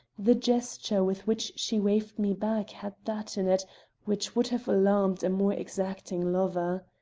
the gesture with which she waved me back had that in it which would have alarmed a more exacting lover.